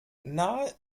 nahe